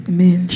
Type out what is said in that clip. Amen